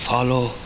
Follow